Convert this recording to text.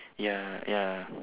ya ya